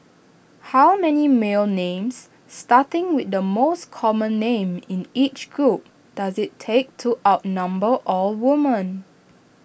how many male names starting with the most common names in each group does IT take to outnumber all women